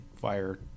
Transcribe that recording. fire